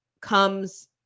comes